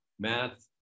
math